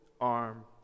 arm